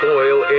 oil